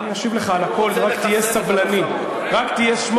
אני אשיב לך על הכול, רק תהיה סבלני.